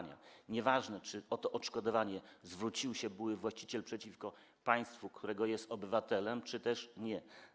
Nieważne, czy o to odszkodowanie zwrócił się były właściciel przeciwko państwu, którego jest obywatelem, czy też nie.